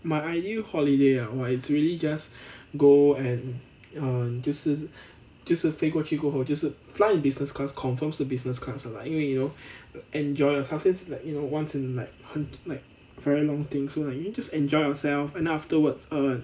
my ideal holiday ah !wah! it's really just go and um 就是就是飞过去过后就是 fly in business class confirm 是 business class 的 lah 因为 you know enjoy yourself since it's like you know once in like 很 like very long thing so like you just enjoy yourself and afterwards err